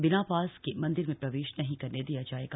बिना पास के मन्दिर में प्रवेश नहीं करने दिया जायेगा